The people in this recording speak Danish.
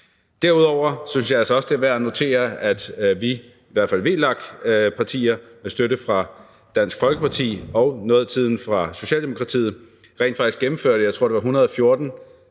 Derudover synes jeg altså også, det er værd at notere, at vi, i hvert fald VLAK-partierne med støtte fra Dansk Folkeparti og noget af tiden fra Socialdemokratiet, rent faktisk gennemførte, jeg tror, det var 114